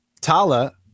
Tala